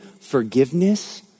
forgiveness